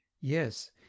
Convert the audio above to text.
Yes